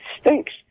stinks